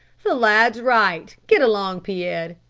the lad's right. get along, pierre.